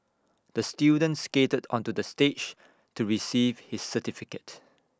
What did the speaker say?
the student skated onto the stage to receive his certificate